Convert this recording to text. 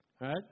right